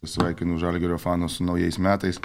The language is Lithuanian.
sveikinu žalgirio fanus su naujais metais